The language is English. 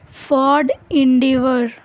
ford endeavour